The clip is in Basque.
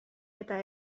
eta